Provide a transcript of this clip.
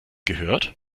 gehört